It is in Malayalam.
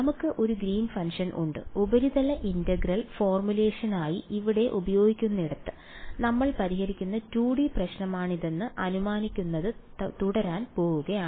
നമുക്ക് ഒരു ഗ്രീൻ ഫംഗ്ഷൻ Green's function ഉണ്ട് ഉപരിതല ഇന്റഗ്രൽ ഫോർമുലേഷനായി ഇവിടെ ഉപയോഗിക്കുന്നിടത്ത് നമ്മൾ പരിഹരിക്കുന്ന 2D പ്രശ്നമാണിതെന്ന് അനുമാനിക്കുന്നത് തുടരാൻ പോകുകയാണ്